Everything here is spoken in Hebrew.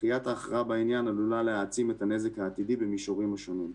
דחיית ההכרעה בעניין עלולה להעצים את הנזק העתידי במישורים השונים.